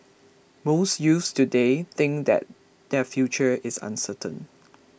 most youths today think that their future is uncertain